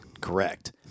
Correct